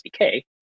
sdk